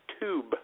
tube